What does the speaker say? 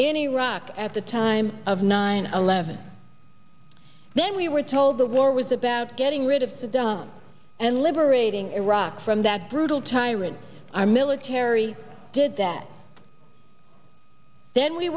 in iraq at the time of nine eleven then we were told the war was about getting rid of saddam and liberating iraq from that brutal tyrant our military did that then we